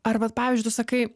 ar vat pavyzdžiui tu sakai